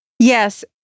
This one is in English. Yes